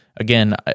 Again